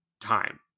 time